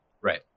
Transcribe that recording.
Right